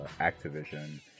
Activision